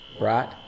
Right